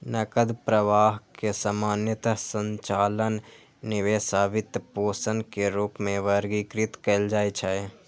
नकद प्रवाह कें सामान्यतः संचालन, निवेश आ वित्तपोषण के रूप मे वर्गीकृत कैल जाइ छै